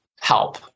help